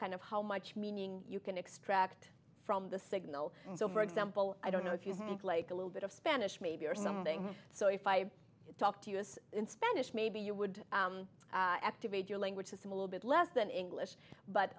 kind of how much meaning you can extract from the signal and so for example i don't know if you like a little bit of spanish maybe or something so if i talk to us in spanish maybe you would activate your language system a little bit less than english but